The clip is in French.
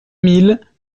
mille